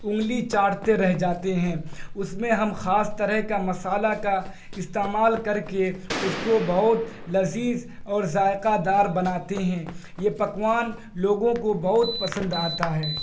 انگلی چاٹتے رہ جاتے ہیں اس میں ہم خاص طرح کا مسالہ کا استعمال کر کے اس کو بہت لذیذ اور ذائقہ دار بناتے ہیں یہ پکوان لوگوں کو بہت پسند آتا ہے